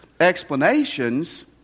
explanations